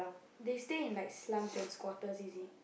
they stay in like slums and squatters is it